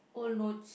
old notes